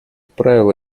правило